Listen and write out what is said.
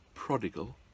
Prodigal